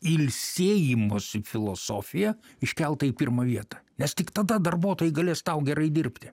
ilsėjimosi filosofija iškelta į pirmą vietą nes tik tada darbuotojai galės tau gerai dirbti